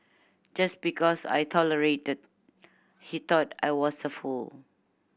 just because I tolerated he thought I was a fool